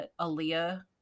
Aaliyah